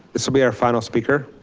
this will be our final speaker.